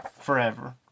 forever